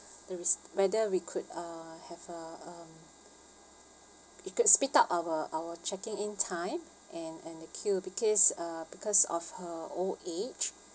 there is whether we could uh have a um we could speed up our our checking in time and and the queue because uh because of her old age